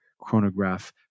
chronograph